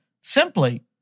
simply